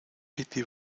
piti